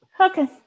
okay